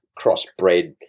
crossbred